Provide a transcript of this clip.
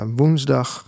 woensdag